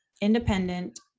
independent